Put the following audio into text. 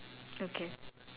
okay